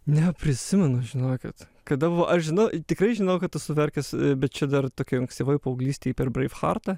neprisimenu žinokit kada buvo aš žinau tikrai žinau kad esu verkęs bet čia dar tokioj ankstyvoj paauglystėj per braifhartą